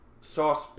sauce